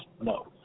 No